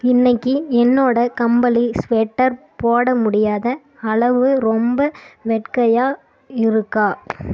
இன்றைக்கு என்னோட கம்பளி ஸ்வெட்டர் போட முடியாத அளவு ரொம்ப வெக்கையாக இருக்கா